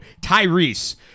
Tyrese